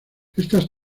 estas